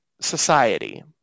society